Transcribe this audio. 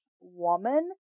woman